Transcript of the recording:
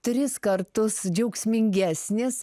tris kartus džiaugsmingesnis